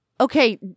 Okay